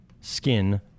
Skin